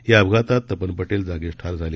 या अपघातात तपन पटेल जागीच ठार झाले